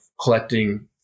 collecting